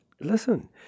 listen